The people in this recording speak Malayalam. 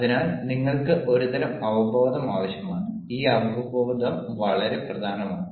അതിനാൽ നിങ്ങൾക്ക് ഒരുതരം അവബോധം ആവശ്യമാണ് ഈ അവബോധം വളരെ പ്രധാനമാണ്